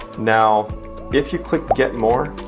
now if you click get more,